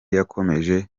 yakomeje